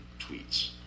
tweets